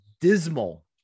dismal